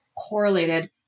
correlated